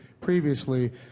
previously